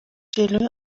جلو